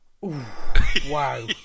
wow